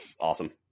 awesome